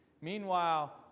Meanwhile